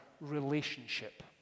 relationship